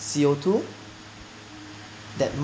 C_O two that